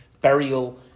burial